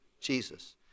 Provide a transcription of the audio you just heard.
Jesus